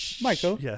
Michael